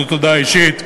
זאת הודעה אישית.